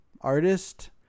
Artist